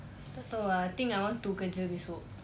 tak tahu ah I think I want to kerja besok